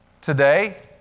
today